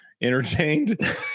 entertained